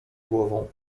głową